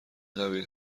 قبیل